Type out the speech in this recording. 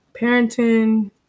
Parenting